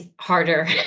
harder